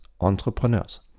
entrepreneurs